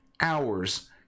hours